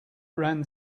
ran